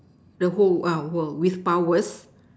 the whole world with powers